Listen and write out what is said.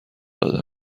داده